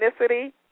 ethnicity